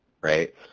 right